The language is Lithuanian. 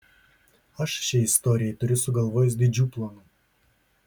aš šiai istorijai turiu sugalvojęs didžių planų